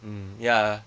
mm ya